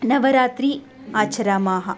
नवरात्रिम् आचरामः